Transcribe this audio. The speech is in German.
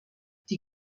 die